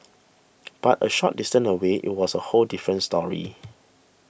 but a short distance away it was a whole different story